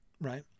right